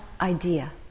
idea